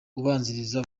ubanziriza